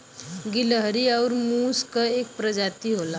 गिलहरी आउर मुस क एक परजाती होला